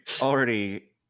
already